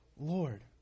Lord